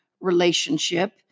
relationship